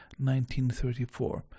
1934